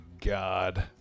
god